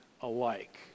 alike